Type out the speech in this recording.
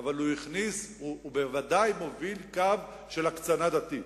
אבל הוא בוודאי מוביל קו של הקצנה דתית.